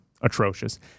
atrocious